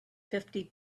fifty